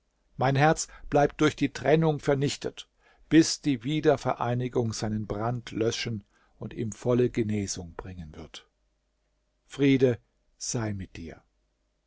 mein herz bleibt durch die trennung vernichtet bis die wiedervereinigung seinen brand löschen und ihm volle genesung bringen wird friede sei mit dir